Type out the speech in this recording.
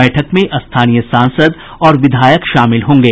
बैठक में स्थानीय सांसद और विधायक शामिल होंगे